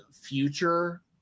future